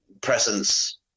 presence